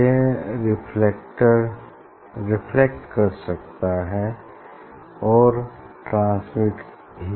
यह रिफ्लेक्ट कर सकता है और ट्रांसमिट भी